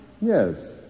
Yes